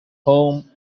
home